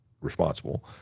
responsible